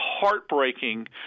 heartbreaking